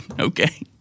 Okay